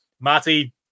Matty